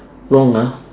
wrong ah